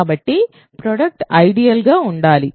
కాబట్టి product ideal గా ఉండాలి